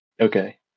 okay